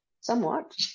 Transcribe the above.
Somewhat